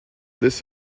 this